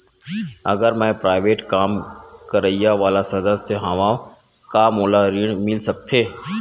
अगर मैं प्राइवेट काम करइया वाला सदस्य हावव का मोला ऋण मिल सकथे?